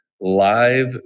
Live